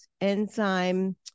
enzyme